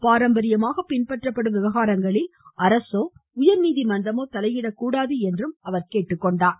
பாரம்பர்யமாக பின்பற்றப்படும் விவகாரங்களில் அரசோ உயர்நீதிமன்றமோ தலையிடக்கூடாது என்று அவர் கூறினார்